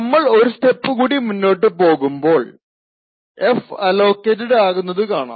നമ്മൾ ഒരു സ്റ്റെപ്പ് കൂടി മുന്നോട്ടു പോകുമ്പോൾ f അലോക്കേറ്റഡ് ആകുന്നതു കാണാം